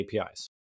APIs